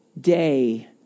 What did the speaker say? day